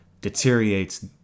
deteriorates